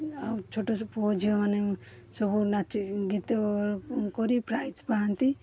ଆଉ ଛୋଟ ପୁଅ ଝିଅମାନେ ସବୁ ନାଚିକି ଗୀତ କରି ପ୍ରାଇଜ୍ ପାଆନ୍ତି